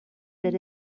that